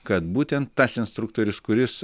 kad būtent tas instruktorius kuris